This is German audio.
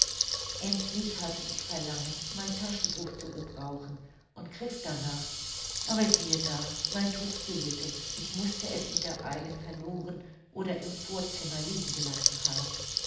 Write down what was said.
endlich hatte ich verlangen mein taschentuch zu gebrauchen und griff darnach aber siehe da mein tuch fehlte ich mußte es in der eile verloren oder im vorzimmer liegen gelassen haben